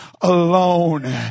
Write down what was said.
alone